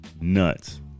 nuts